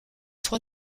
trois